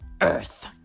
earth